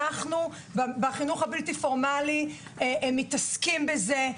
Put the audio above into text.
בחינוך הבלתי פורמלי אנחנו מתעסקים בזה,